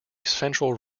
central